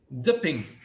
dipping